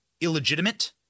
illegitimate